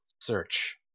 search